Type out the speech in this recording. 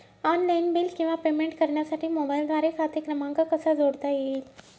Online bill किंवा payment करण्यासाठी मोबाईलद्वारे खाते क्रमांक कसा जोडता येईल?